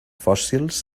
fòssils